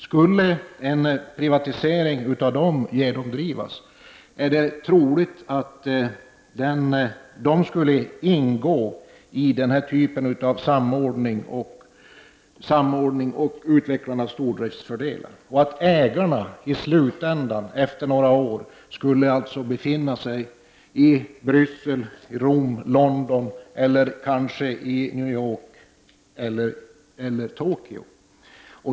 Skulle en privatisering av dem genomdrivas, så är det troligt att de skulle ingå i den här typen av samordning och utvecklande av stordriftsfördelar. Ägarna skulle alltså i slutändan efter några når befinna sig i Bryssel, Rom, London, New York eller Tokyo.